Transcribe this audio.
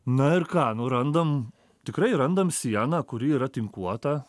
na ir ką nu randam tikrai randam sieną kuri yra tinkuota